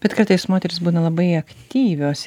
bet kartais moterys būna labai aktyvios